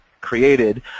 created